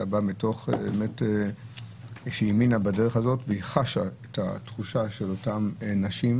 זה בא מתוך כך שהיא האמינה בדרך הזאת והיא חשה את אותן נשים,